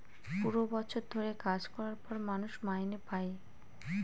পুরো বছর ধরে কাজ করার পর মানুষ মাইনে পাই